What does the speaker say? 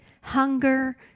hunger